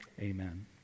Amen